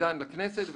שניתן לכנסת,